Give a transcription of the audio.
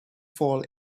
fall